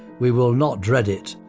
we will not dread it,